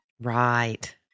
Right